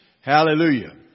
Hallelujah